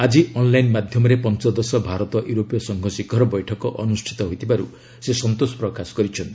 ଆଜି ଅନ୍ଲାଇନ୍ ମାଧ୍ୟମରେ ପଞ୍ଚଦଶ ଭାରତ ୟୁରୋପୀୟ ସଂଘ ଶିଖର ବୈଠକ ଅନୁଷ୍ଠିତ ହୋଇଥିବାରୁ ସେ ସନ୍ତୋଷ ପ୍ରକାଶ କରିଛନ୍ତି